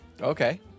Okay